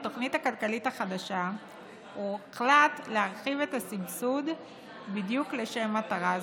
בתוכנית הכלכלית החדשה הוחלט להרחיב את הסבסוד בדיוק לשם מטרה זו.